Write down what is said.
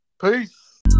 Peace